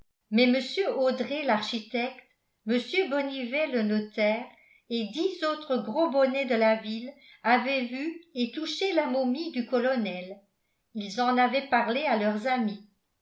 mais mr audret l'architecte mr bonnivet le notaire et dix autres gros bonnets de la ville avaient vu et touché la momie du colonel ils en avaient parlé à leurs amis